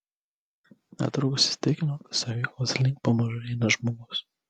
netrukus įsitikino kad stovyklos link pamažu eina žmogus